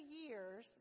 years